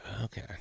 Okay